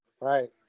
Right